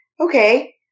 okay